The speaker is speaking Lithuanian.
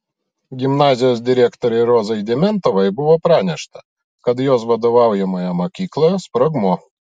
gimnazijos direktorei rozai dimentovai buvo pranešta kad jos vadovaujamoje mokykloje sprogmuo